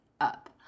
up